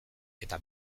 eta